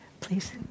Please